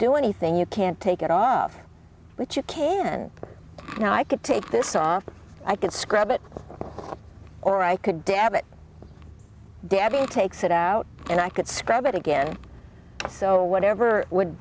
do anything you can't take it off but you can now i could take this off i could scrub it or i could dab it dabbing takes it out and i could scrub it again so whatever would